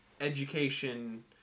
education